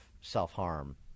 self-harm